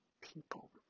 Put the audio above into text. people